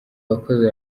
wakoze